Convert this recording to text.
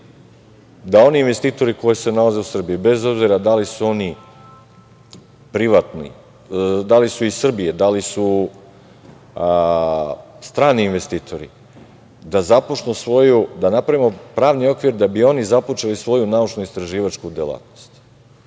da oni investitori koji se nalaze u Srbiji, bez obzira da li su iz Srbije, da li su strani investitori, da napravimo pravni okvir da bi oni započeli svoju naučno-istraživačku delatnost.